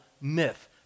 myth